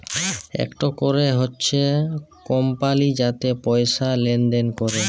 ইকট ক্যরে হছে কমপালি যাতে পয়সা লেলদেল ক্যরে